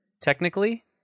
technically